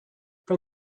from